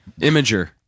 Imager